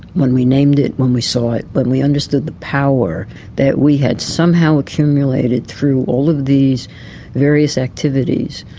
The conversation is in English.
when we named it, when we saw it, when we understood the power that we had somehow accumulated through all of these various activities,